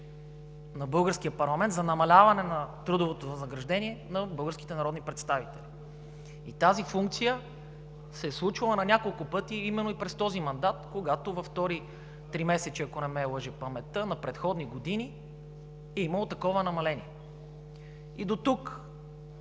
на българския парламент за намаляване на трудовото възнаграждение на българските народни представители. Тази функция се е случвала на няколко пъти, именно и през този мандат, когато във второто тримесечие, ако не ме лъже паметта, на предходни години, е имало такова намаление. Дотук